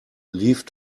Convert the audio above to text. leave